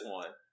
one